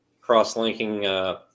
cross-linking